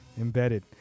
embedded